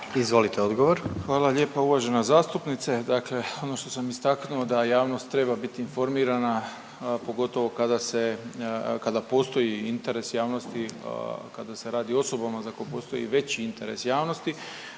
Ivan (HDZ)** Hvala lijepa uvažena zastupnice. Dakle ono što sam istaknuo da javnost treba biti informirana, pogotovo kada se, kada postoji interes javnosti, kada se radi o osobama za koje postoji veći interes javnosti,